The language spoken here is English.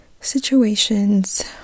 situations